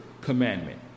commandment